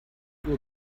uhr